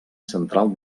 central